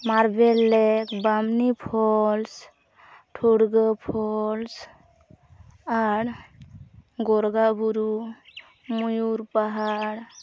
marble lake Bamni falls Thurga falls ᱟᱨ ᱜᱳᱨᱜᱟᱵᱩᱨᱩ ᱢᱚᱭᱩᱨ ᱯᱟᱦᱟᱲ